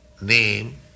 name